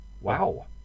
Wow